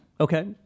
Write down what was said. Okay